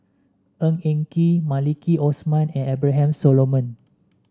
Ng Eng Kee Maliki Osman and Abraham Solomon